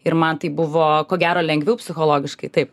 ir man tai buvo ko gero lengviau psichologiškai taip